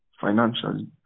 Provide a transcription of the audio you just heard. financially